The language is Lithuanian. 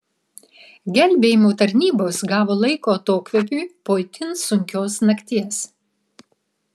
gelbėjimo tarnybos gavo laiko atokvėpiui po itin sunkios nakties